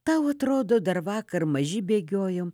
tau atrodo dar vakar maži bėgiojom